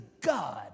God